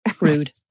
Rude